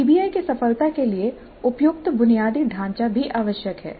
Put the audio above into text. PBI की सफलता के लिए उपयुक्त बुनियादी ढांचा भी आवश्यक है